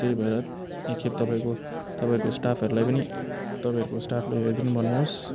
त्यही भएर एक खेप तपाईँको तपाईँको स्टाफहरूलाई पनि तपाईँहरूको स्टाफले हेरिदिनु भन्नु होस्